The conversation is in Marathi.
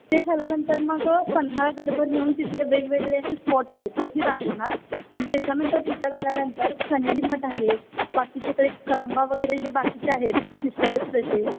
ते झाल्यानंतर मग पन्हाळगडवर नेऊन तिथले वेगवेगळे असे स्पॉट आहेत तेही दाखवणार आणि त्याच्यानंतर इथं झाल्यानंतर कण्हेरी मठ आहे बाकीचेकडे कळंबा वगैरे जे बाकीचे आहेत हिस्टॉरिक प्लेसेस